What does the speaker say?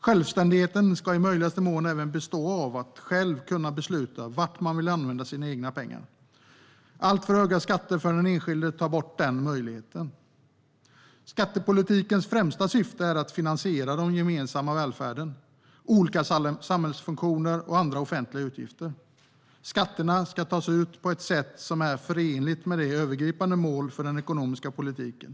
Självständigheten ska i möjligaste mån även bestå av att själv kunna besluta till vad man vill använda sina egna pengar. Alltför höga skatter för den enskilde tar bort den möjligheten. Skattepolitikens främsta syfte är att finansiera den gemensamma välfärden, olika samhällsfunktioner och andra offentliga utgifter. Skatterna ska tas ut på ett sätt som är förenligt med övergripande mål för den ekonomiska politiken.